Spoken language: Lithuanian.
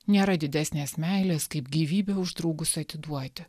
nėra didesnės meilės kaip gyvybę už draugus atiduoti